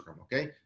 Okay